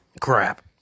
crap